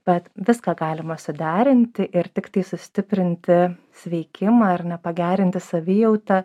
bet viską galima suderinti ir tiktai sustiprinti sveikimą ar ne pagerinti savijautą